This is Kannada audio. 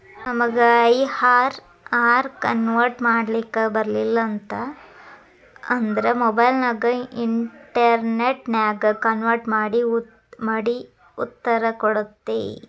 ನಮಗ ಐ.ಆರ್.ಆರ್ ಕನ್ವರ್ಟ್ ಮಾಡ್ಲಿಕ್ ಬರಲಿಲ್ಲ ಅಂತ ಅಂದ್ರ ಮೊಬೈಲ್ ನ್ಯಾಗ ಇನ್ಟೆರ್ನೆಟ್ ನ್ಯಾಗ ಕನ್ವರ್ಟ್ ಮಡಿ ಉತ್ತರ ಕೊಡ್ತತಿ